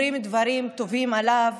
אומרים דברים טובים עליו.